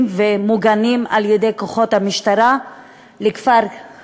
ומוגנים על-ידי כוחות המשטרה לכפר-כנא,